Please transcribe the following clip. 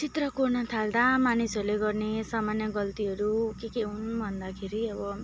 चित्र कोर्नथाल्दा मानिसहरूले गर्ने सामान्य गल्तीहरू के के हुन् भन्दाखेरि अब